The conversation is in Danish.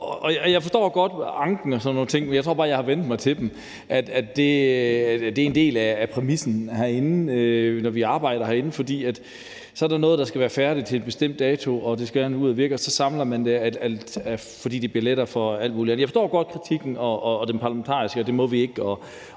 Jeg forstår godt anken og sådan nogle ting, men jeg tror bare, at jeg har vænnet mig til dem, altså at det er en del af præmissen, når vi arbejder herinde; så er der noget, der skal være færdigt til en bestemt dato, og det skal gerne ud at virke, og så samler man det, fordi det bliver lettere i forhold til alt muligt. Jeg forstår godt kritikken og det parlamentariske med, at det må vi ikke,